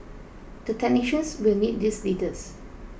the technicians will need these leaders